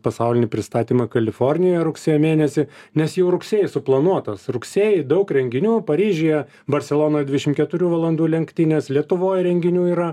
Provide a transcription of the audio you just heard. pasaulinį pristatymą kalifornijoj rugsėjo mėnesį nes jau rugsėjis suplanuotas rugsėjį daug renginių paryžiuje barselonoj dvidešim keturių valandų lenktynės lietuvoj renginių yra